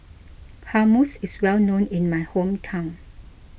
Hummus is well known in my hometown